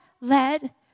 let